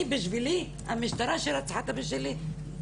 אני, בשבילי, המשטרה רצחה את הבן שלי.